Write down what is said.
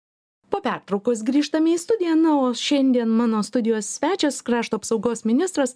po pertraukos grįžtame į studiją na o šiandien mano studijos svečias krašto apsaugos ministras